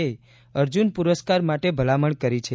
એ અર્જુન પુરસ્કાર માટે ભલામણ કરી છે